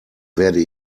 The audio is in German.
werde